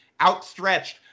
outstretched